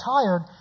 tired